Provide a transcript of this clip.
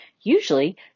Usually